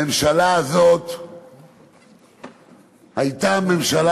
הייתה ממשלה,